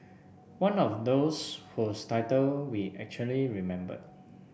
one of those whose title we actually remembered